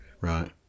Right